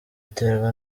iterwa